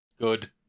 Good